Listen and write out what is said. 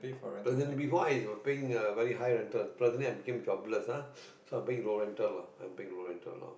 but then before I is paying uh high rental presently I became jobless ah so I paying low rental lah paying low rental lah